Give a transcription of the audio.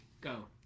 Go